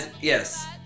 Yes